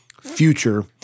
future